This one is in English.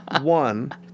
one